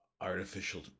artificial